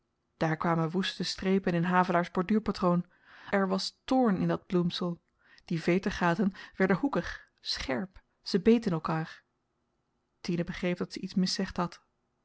daar kwamen woeste strepen in havelaars borduurpatroon er was toorn in dat bloemsel die vetergaten werden hoekig scherp ze beten elkaar tine begreep dat ze iets miszegd had